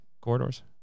Corridors